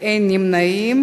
נמנעים.